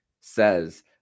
says